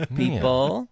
people